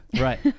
Right